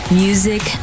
music